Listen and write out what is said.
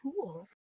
cool